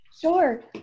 Sure